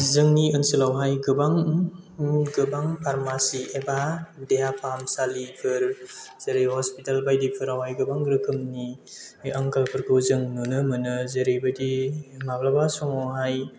जोंनि ओनसोलावहाय गोबां फारमासि एबा देहा फाहामसालिफोर जेरै हस्पिटाल बायदिफोराव गोबां रोखोमनि बे आंखालफोरखौ जों नुनो मोनो जेरैबायदि माब्लाबा समावहाय